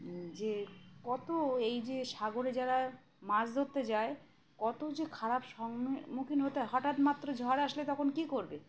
যে কত এই যে সাগরে যারা মাছ ধরতে যায় কত যে খারাপ সম্মুখীন হতে হয় হঠাৎ মাত্র ঝড় আসলে তখন কী করবে